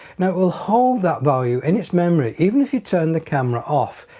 now it will hold that value in its memory even if you turn the camera off.